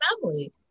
family